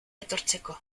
etortzeko